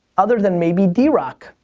other than maybe drock,